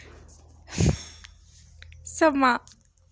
समां